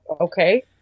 okay